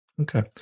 Okay